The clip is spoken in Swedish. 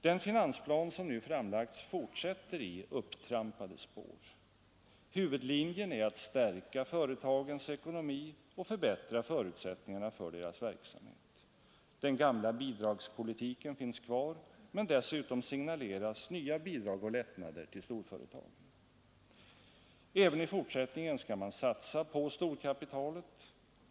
Den finansplan som nu framlagts fortsätter i upptrampade spår. Huvudlinjen är att stärka företagens ekonomi och förbättra förutsättningarna för deras verksamhet. Den gamla bidragspolitiken finns kvar, men dessutom signaleras nya bidrag och lättnader för storföretagen. Även i fortsättningen skall man satsa på storkapitalet.